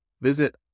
Visit